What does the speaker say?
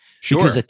Sure